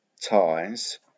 ties